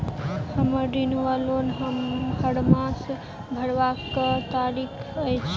हम्मर ऋण वा लोन हरमास भरवाक की तारीख अछि?